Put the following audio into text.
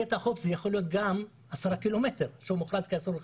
קטע חוף יכול להיות גם 10 ק"מ שמוכרזים כאסורים לרחצה.